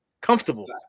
Comfortable